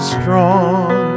strong